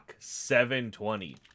720